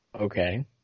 Okay